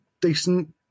decent